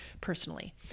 personally